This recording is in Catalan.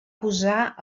posar